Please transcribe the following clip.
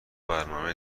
برنامه